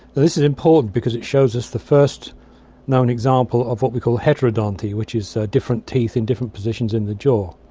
this is important because it shows us the first known example of what we call heterodonty which is different teeth in different positions of the jaw,